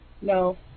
No